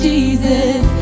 Jesus